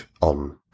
on